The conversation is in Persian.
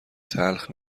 تلخ